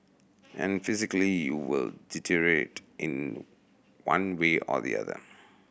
and physically you will deteriorate in one way or the other